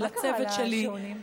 ולצוות שלי,